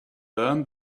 learn